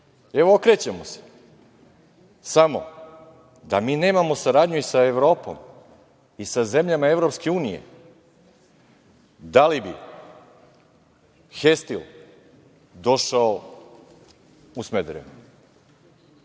evo, okrećemo se, samo da mi nemamo saradnju i sa Evropom i sa zemljama Evropske unije, da li bi „Hestil“ došao u Smederevo?